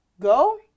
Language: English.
go